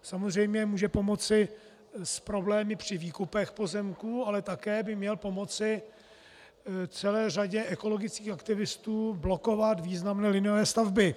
Samozřejmě může pomoci s problémy při výkupech pozemků, ale také by měl pomoci celé řadě ekologických aktivistů blokovat významné liniové stavby.